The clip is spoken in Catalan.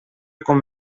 com